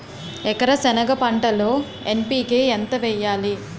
ఎకర సెనగ పంటలో ఎన్.పి.కె ఎంత వేయాలి?